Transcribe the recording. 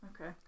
okay